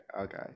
okay